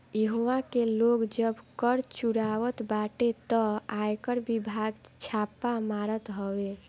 इहवा के लोग जब कर चुरावत बाटे तअ आयकर विभाग छापा मारत हवे